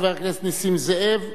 חבר הכנסת נסים זאב,